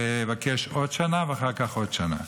לבקש עוד שנה, ואחר כך עוד שנה.